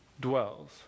dwells